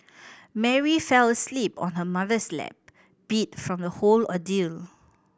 Mary fell asleep on her mother's lap beat from the whole ordeal